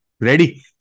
Ready